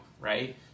right